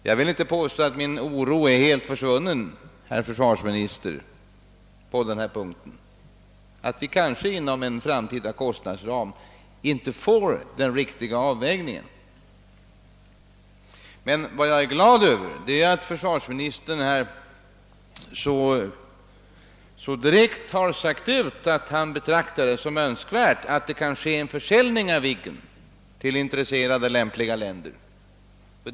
Jag vill inte påstå att min oro på denna punkt är helt försvunnen, herr försvarsminister. Men jag är glad över att försvarsministern så klart uttalat att han betraktar det som önskvärt att en försäljning av Viggen till intresserade lämpliga länder kan komma till stånd.